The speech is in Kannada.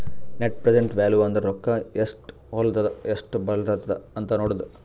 ನೆಟ್ ಪ್ರೆಸೆಂಟ್ ವ್ಯಾಲೂ ಅಂದುರ್ ರೊಕ್ಕಾ ಎಸ್ಟ್ ಹೊಲತ್ತುದ ಎಸ್ಟ್ ಬರ್ಲತ್ತದ ಅಂತ್ ನೋಡದ್ದ